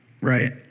right